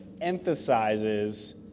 emphasizes